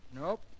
Nope